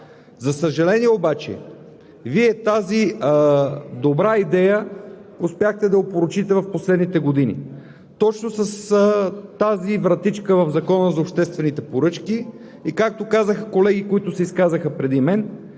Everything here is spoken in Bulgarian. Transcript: За съжаление обаче Вие тази добра идея успяхте да я опорочите в последните години точно с тази вратичка в Закона за обществените поръчки. И както казаха колеги, които се изказаха преди мен: